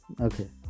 Okay